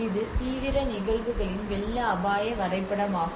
இது தீவிர நிகழ்வுகளின் வெள்ள அபாய வரைபடமாகும்